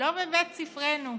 לא בבית ספרנו.